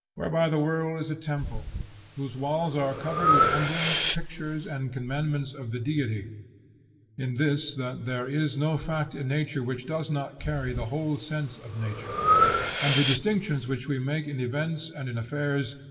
whereby the world is a temple whose walls are covered with emblems, pictures, and commandments of the deity in this, that there is no fact in nature which does not carry the whole sense of nature and the distinctions which we make in events and in affairs,